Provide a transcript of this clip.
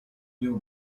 kiu